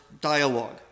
dialogue